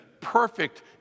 perfect